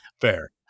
Fair